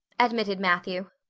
admitted matthew.